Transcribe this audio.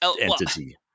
entity